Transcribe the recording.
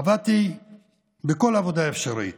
עבדתי בכל עבודה אפשרית